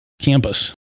Campus